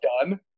done